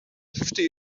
fifty